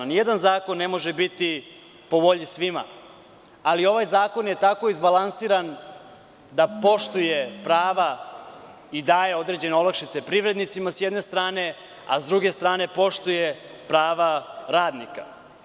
Ni jedan zakon ne može biti po volji svima, ali ovaj zakon je tako izbalansiran da poštuje prava i daje određene olakšice privrednicima sa jedne strane, a sa druge strane poštuje prava radnika.